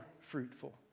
fruitful